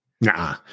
nah